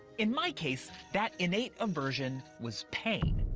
in my case, that innate aversion was pain.